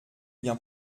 bien